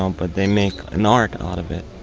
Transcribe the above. um but they make an art out of it.